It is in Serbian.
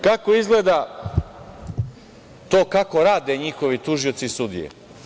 Kako izgleda to kako rade njihovi tužioci i sudije.